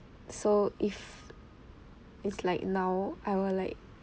so if it's like now I will like